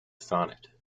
sonnet